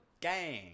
gang